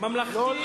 ממלכתית,